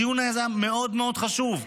הדיון הזה מאוד מאוד חשוב,